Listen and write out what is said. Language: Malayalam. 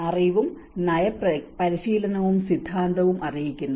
അറിവും നയ പരിശീലനവും സിദ്ധാന്തവും അറിയിക്കുന്നു